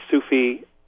Sufi